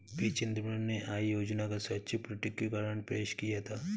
P Chidambaram ने आय योजना का स्वैच्छिक प्रकटीकरण पेश किया था